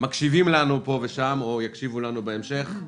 מקשיבים לנו או יקשיבו לנו בהמשך,